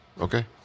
Okay